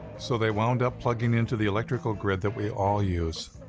so they wound up plugging into the electrical grid that we all use.